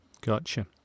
Gotcha